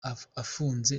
afunze